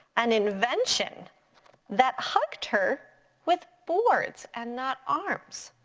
an invention that hugged her with boards and not arms.